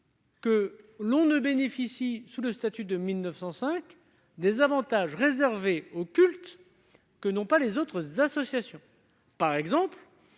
que l'on bénéficie, sous le statut de 1905, des avantages réservés au culte, que n'ont pas les autres associations. Ainsi,